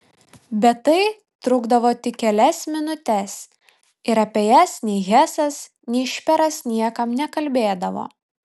bet tai trukdavo tik kelias minutes ir apie jas nei hesas nei šperas niekam nekalbėdavo